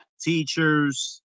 teachers